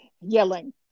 yelling